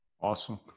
Awesome